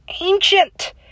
ancient